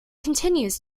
continues